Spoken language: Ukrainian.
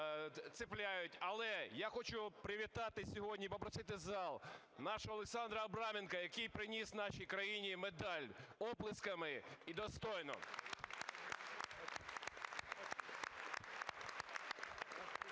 Але я хочу привітати сьогодні, попросити зал, нашого Олександра Абраменка, який приніс нашій країні медаль, оплесками і достойно.